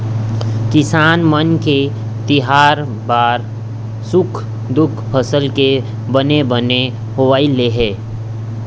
किसान मन के तिहार बार सुख दुख फसल के बने बने होवई ले हे